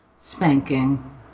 Spanking